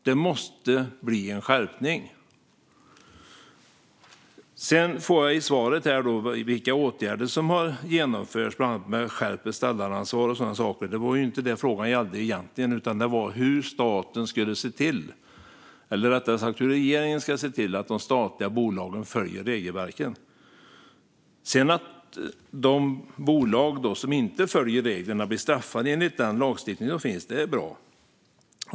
Det måste bli en skärpning. Av statsrådets svar framgick vilka åtgärder som har genomförts, bland annat att skärpa beställaransvaret. Men frågan gällde inte detta utan hur regeringen ska se till att de statliga bolagen följer regelverken. De bolag som inte följer reglerna ska straffas enligt gällande lagstiftning, och det är bra.